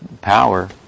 power